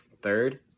third